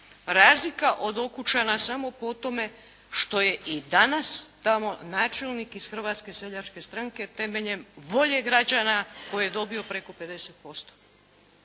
razlika od Okučana samo po tome što je i danas tamo načelnik iz Hrvatske seljačke stranke temeljem volje građana koje je dobio preko 50%.